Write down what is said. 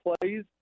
plays